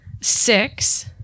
six